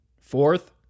fourth